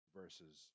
versus